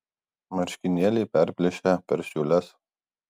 marškinėliai perplyšę per siūles